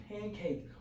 pancake